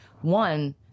one